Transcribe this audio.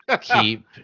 keep